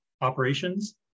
operations